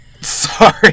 Sorry